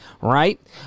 right